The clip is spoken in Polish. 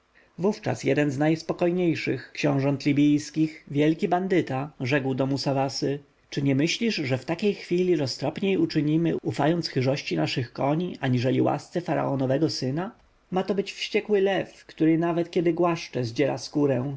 wówczas jeden z niespokojniejszych książąt libijskich wielki bandyta rzekł do musawasy czy nie myślisz że w takiej chwili roztropniej uczynimy ufając chyżości naszych koni aniżeli łasce faraonowego syna ma to być wściekły lew który nawet głaszcząc zdziera skórę